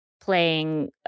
playing